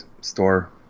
store